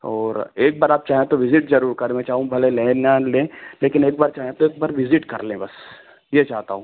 और एक बार आप चाहें तो विज़िट ज़रूर करें मैं चाहूँ भले लें ना लें लेकिन एक बार चाहें तो एक बार विज़िट कर लें बस यह चाहता हूँ